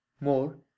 more